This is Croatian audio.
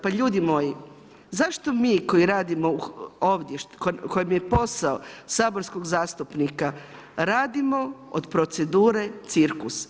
Pa ljudi moji, zašto mi koji radimo ovdje, kojem je posao saborskog zastupnika radimo od procedure cirkus.